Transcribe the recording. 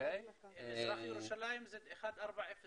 מזרח ירושלים זה 1402?